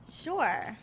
Sure